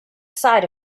side